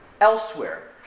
elsewhere